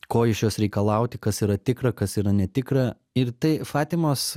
ko iš jos reikalauti kas yra tikra kas yra netikra ir tai fatimos